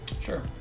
Sure